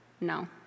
No